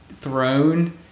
throne